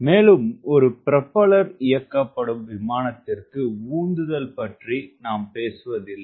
மேலும் ஒரு ப்ரொபல்லர் இயக்கப்படும் விமானதிற்கு உந்துதல் பற்றி நாம் பேசுவதில்லை